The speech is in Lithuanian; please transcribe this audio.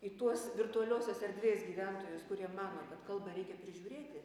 į tuos virtualiosios erdvės gyventojus kurie mano kad kalbą reikia prižiūrėti